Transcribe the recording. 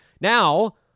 Now